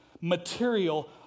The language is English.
material